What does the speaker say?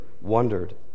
wondered